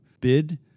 bid